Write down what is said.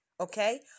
okay